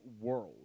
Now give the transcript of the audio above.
world